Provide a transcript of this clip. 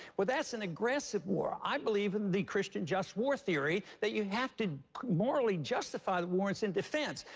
well, that's an aggressive war. i believe in the christian just war theory that you have to morally justify the wars in defense.